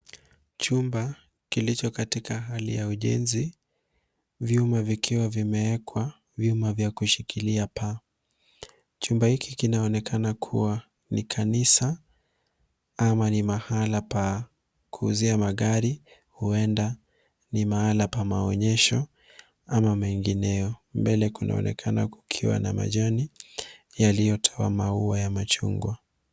Chumba kilicho katika hali ya ujenzi, ambapo vyuma vimewekwa na mabati yakishikiliwa juu kwa ajili ya paa. Chumba hiki kinaonekana kuwa kanisa, mahali pa kuegesha magari, mahala pa maonyesho, au matumizi mengineyo. Mbele, kunaonekana kuwa na majani yaliyotawaliwa na maua ya machungwa.